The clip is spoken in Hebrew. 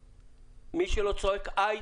מי שלא צועק איי,